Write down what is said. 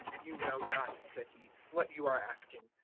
you know not, said he, what you are asking.